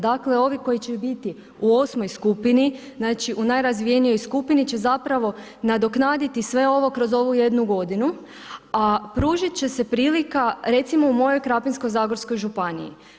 Dakle, ovi koji će biti u 8. skupini, znači u najrazvijenijoj skupini će zapravo nadoknaditi sve ovo kroz ovu jednu godinu, a pružit će se prilika, recimo u mojoj Krapinsko-zagorskoj županiji.